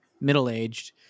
middle-aged